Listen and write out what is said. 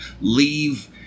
leave